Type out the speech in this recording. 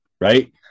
right